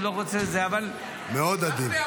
מאוד עדין.